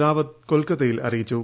റാവത്ത് കൊൽക്കത്തയിൽ അറിയിച്ചു